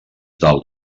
del